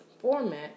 format